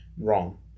Wrong